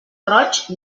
roig